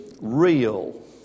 real